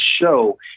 show